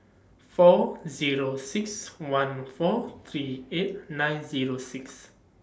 four Zero six one four three eight nine Zero six